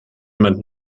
jemand